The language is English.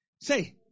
say